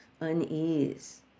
unease